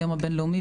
היום הבין-לאומי,